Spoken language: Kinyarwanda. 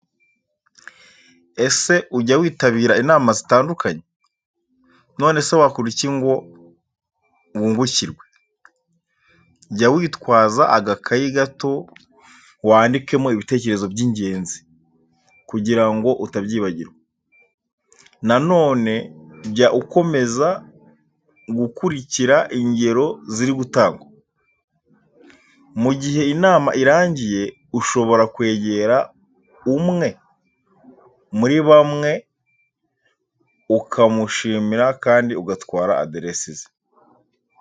Ese ujya witabira inama zitandukanye? Nonese wakora iki ngo wungukirwe? Jya witwaza agakayi gato wandikemo ibitekerezo by'ingenzi, kugira ngo utabyibagirwa. Na none jya ukomeza gukurikira ingero ziri gutangwa. Mu gihe inama irangiye, ushobora kwegera umwe muri bamwe ukamushimira kandi ugatwara aderesi ze.